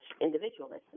individualism